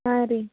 ಹಾಂ ರೀ